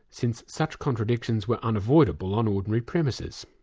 since such contradictions were unavoidable on ordinary premises.